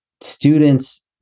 students